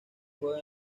juega